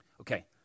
Okay